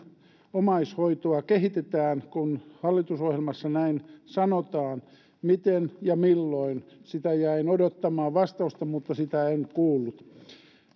omaishoitoa kehitetään kun hallitusohjelmassa näin sanotaan miten ja milloin jäin odottamaan vastausta mutta sitä en kuullut